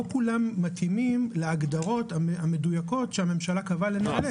לא כולם מתאימים להגדרות המדויקות שהממשלה קבעה לנעל"ה.